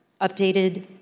updated